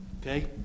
Okay